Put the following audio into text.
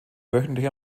wöchentlich